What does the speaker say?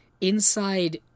inside